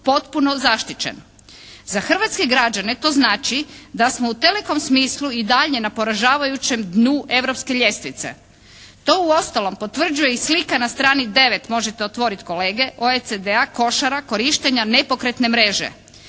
potpuno zaštićen. Za hrvatske građane to znači da smo u telekom smislu i dalje na poražavajućem dnu europske ljestvice. To uostalom potvrđuje i slika na strani 9, možete otvoriti kolege, OECD-a košara korištenja nepokretne mreže